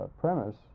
premise